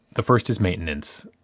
the first is maintenance.